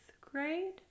grade